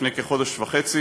לפני כחודש וחצי.